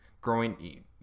growing